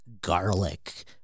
garlic